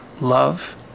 love